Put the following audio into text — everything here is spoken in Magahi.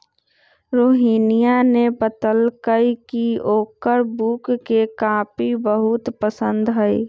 रोहिनीया ने बतल कई की ओकरा ब्रू के कॉफी बहुत पसंद हई